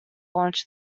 launch